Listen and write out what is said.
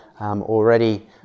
already